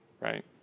right